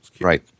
Right